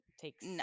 takes